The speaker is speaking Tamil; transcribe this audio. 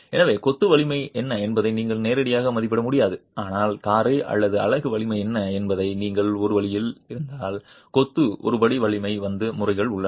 எனவே கொத்து வலிமை என்ன என்பதை நீங்கள் நேரடியாக மதிப்பிட முடியாது ஆனால் காரை மற்றும் அலகு வலிமை என்ன என்பதை அறிய ஒரு வழி இருந்தால் கொத்து ஒரு ஒருபடி வலிமை வந்து முறைகள் உள்ளன